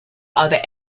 other